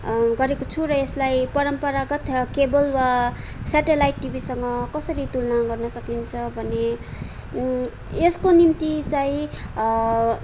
गरेको छु र यसलाई परम्परागत केबल वा सेटलाइट टिभीसँग कसरी तुलना गर्न सकिन्छ भने यसको निम्ति चैँ